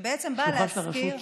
שלוחה של הרשות,